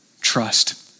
trust